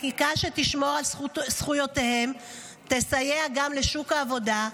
חקיקה שתשמור על זכויותיהם תסייע גם לשוק העבודה,